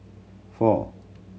four